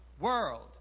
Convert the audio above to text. world